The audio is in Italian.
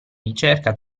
ricerca